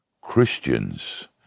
Christians